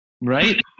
right